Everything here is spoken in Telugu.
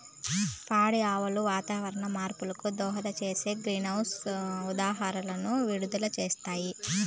పాడి ఆవులు వాతావరణ మార్పులకు దోహదం చేసే గ్రీన్హౌస్ ఉద్గారాలను విడుదల చేస్తాయి